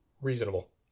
Reasonable